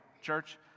church